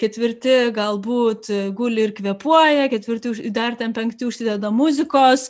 ketvirti galbūt guli ir kvėpuoja ketvirti dar ten penkti užsideda muzikos